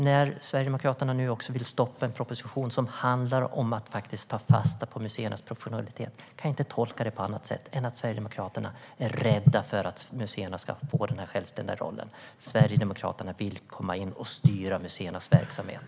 När Sverigedemokraterna nu också vill stoppa en proposition som handlar om att ta fasta på museernas professionalitet kan jag inte tolka det på annat sätt än att Sverigedemokraterna är rädda för att museerna ska få denna självständiga roll. Sverigedemokraterna vill komma in och styra museernas verksamhet.